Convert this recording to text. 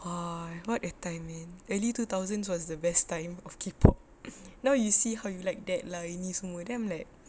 !wah! what time man early two thousand was the best time of K-pop now you see how you like that ini semua then I'm like